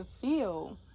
feel